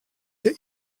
der